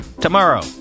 tomorrow